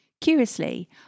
Curiously